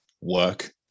work